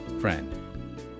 Friend